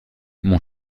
mon